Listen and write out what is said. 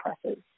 presses